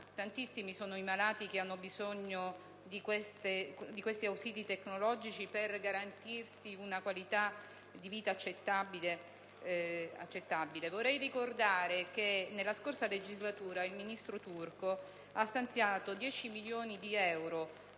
tantissimi sono i malati che hanno bisogno di questi ausili tecnologici per garantirsi una qualità della vita accettabile. Vorrei ricordare che nella passata legislatura l'allora ministro Turco stanziò 10 milioni di euro